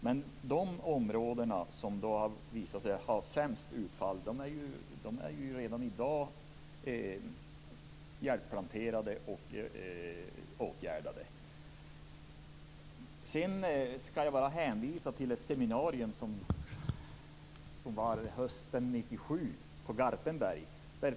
Men de områden som visade sig ha sämst utfall är redan i dag hjälpplanterade och åtgärdade. Jag skall hänvisa till ett seminarium som hölls hösten 1997 i Garpenberg.